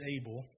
able